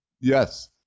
Yes